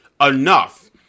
enough